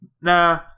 Nah